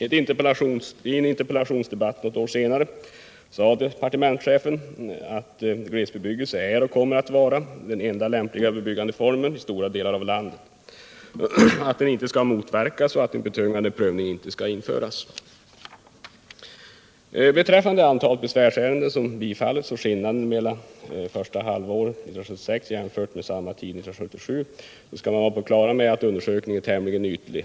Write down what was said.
I en interpellationsdebatt ett år senare sade departementschefen att glesbebyggelse är och kommer att vara den enda lämpliga byggandeformen i stora delar av landet, att den inte skall motverkas och att en betungande prövning inte skall införas. Beträffande antalet besvärsärenden som bifallits och skillnaden mellan första halvåret 1976 jämfört med samma tid 1977 skall man vara på det klara med att den undersökningen är tämligen ytlig.